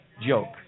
joke